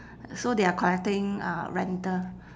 so they are collecting uh rental